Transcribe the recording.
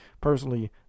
personally